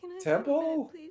temple